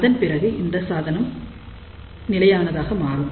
அதன்பிறகு அந்த சாதனம் நிலையானதாக மாறும்